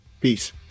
Peace